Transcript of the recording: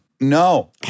no